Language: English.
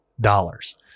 dollars